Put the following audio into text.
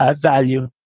value